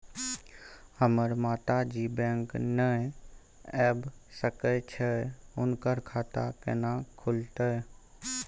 हमर माता जी बैंक नय ऐब सकै छै हुनकर खाता केना खूलतै?